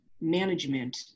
management